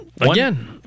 Again